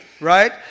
right